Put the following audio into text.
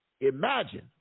Imagine